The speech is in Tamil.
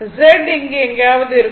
Z இங்கு எங்காவது இருக்கும்